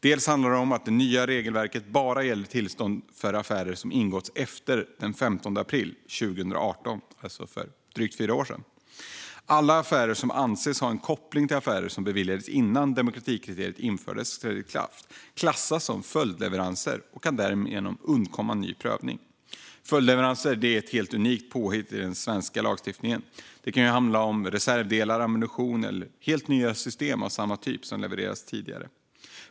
Den första luckan är att det nya regelverket bara gäller tillstånd för affärer som ingåtts efter den 15 april 2018, vilket är drygt fyra år sedan. Alla affärer som anses ha en koppling till affärer som beviljades innan demokratikriteriet infördes och trädde i kraft klassas som följdleveranser och kan därigenom undkomma ny prövning. Följdleveranser är ett helt unikt påhitt i den svenska lagstiftningen. Det kan handla om reservdelar, ammunition eller helt nya system av samma typ som tidigare levererats.